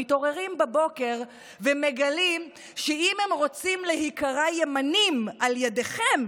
מתעוררים בבוקר ומגלים שאם הם רוצים להיקרא ימניים על ידיכם,